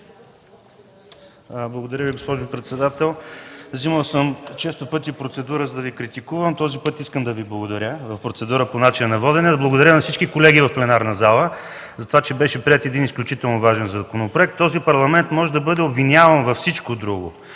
Благодаря, госпожо председател. Вземал съм често пъти процедура, за да Ви критикувам, но този път искам да Ви благодаря в процедура по начина на водене. Благодаря на всички колеги от пленарната зала затова, че беше приет един изключително важен законопроект. Този парламент може да бъде обвиняван във всичко друго,